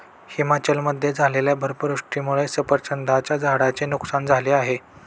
हिमाचलमध्ये झालेल्या बर्फवृष्टीमुळे सफरचंदाच्या झाडांचे नुकसान झाले आहे